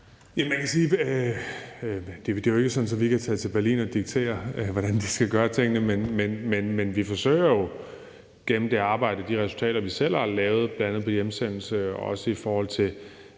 at det jo ikke er sådan, at vi er taget til Berlin og diktere, hvordan de skal gøre tingene, men vi forsøger jo gennem det arbejde og de resultater, vi selv har lavet, bl.a. i forhold til hjemsendelser og også i forhold til